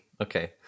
okay